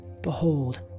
Behold